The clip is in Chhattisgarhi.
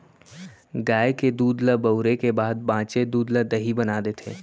गाय के दूद ल बउरे के बाद बॉंचे दूद ल दही बना देथे